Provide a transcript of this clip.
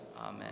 Amen